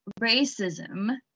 racism